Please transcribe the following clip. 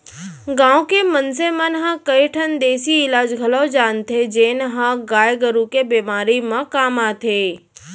गांव के मनसे मन ह कई ठन देसी इलाज घलौक जानथें जेन ह गाय गरू के बेमारी म काम आथे